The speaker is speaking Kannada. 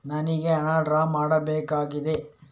ನನಿಗೆ ಹಣ ಡ್ರಾ ಮಾಡ್ಬೇಕಾಗಿದೆ